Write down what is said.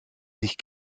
sich